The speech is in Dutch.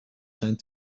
zijn